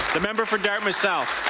the member for dartmouth south.